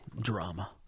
drama